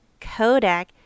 Kodak